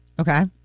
Okay